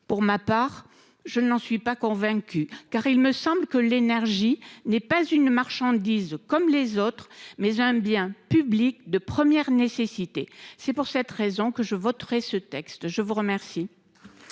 pour ma part, je n'en suis pas convaincu car il me semble que l'énergie n'est pas une marchandise comme les autres, mais un bien public, de première nécessité. C'est pour cette raison que je voterai ce texte. Je vous remercie.--